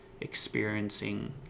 experiencing